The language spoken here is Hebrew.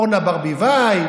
אורנה ברביבאי,